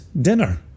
dinner